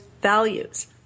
values